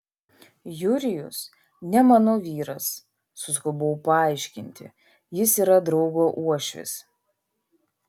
jurijus ne mano vyras suskubau paaiškinti jis yra draugo uošvis